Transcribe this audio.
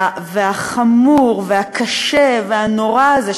החמור והקשה והנורא הזה,